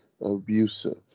abusive